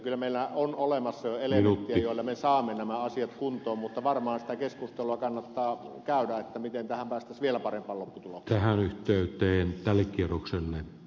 kyllä meillä on olemassa jo elementtejä joilla me saamme nämä asiat kuntoon mutta varmaan sitä keskustelua kannattaa käydä miten päästäisiin vielä parempaan lopputulokseen